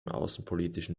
außenpolitischen